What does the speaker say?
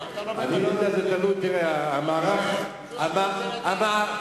חבר הכנסת נסים זאב, האם גם פואד יישאר בתפקידו?